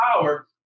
power